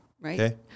right